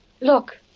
Look